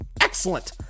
excellent